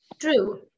true